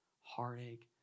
heartache